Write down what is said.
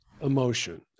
emotion